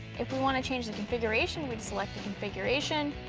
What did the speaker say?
if we wanna change the configuration we'd select the configuration.